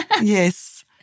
Yes